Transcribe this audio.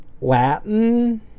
Latin